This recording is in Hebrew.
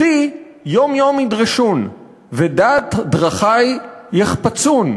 ואותי יום יום ידרשון ודעת דְּרָכַי יֶחְפָּצוּן